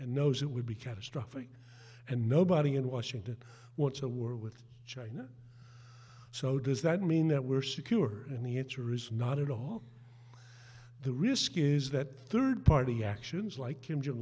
and knows it would be catastrophic and nobody in washington wants a war with china so does that mean that we're secure and the answer is not at all the risk is that third party actions like kim jong